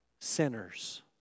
sinners